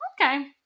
Okay